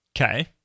Okay